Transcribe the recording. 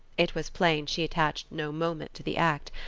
it was plain she attached no moment to the act,